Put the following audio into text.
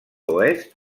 oest